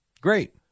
Great